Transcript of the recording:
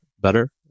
better